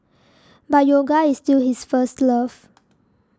but yoga is still his first love